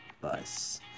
bus